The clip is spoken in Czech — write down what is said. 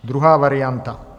Druhá varianta.